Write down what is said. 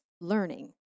learning